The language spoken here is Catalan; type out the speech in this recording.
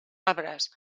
arbres